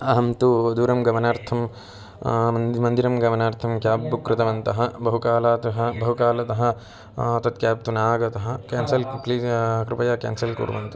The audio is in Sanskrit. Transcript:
अहं तु दूरं गमनार्थं मन् मन्दिरं गमनार्थं क्याब् बुक् कृतवन्तः बहु कालतः बहु कालतः तत् क्याब् तु न आगतः क्यान्सल् प्लीस् कृपया क्यान्सल् कुर्वन्तु